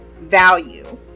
value